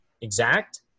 exact